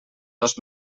dos